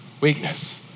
weakness